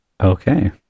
Okay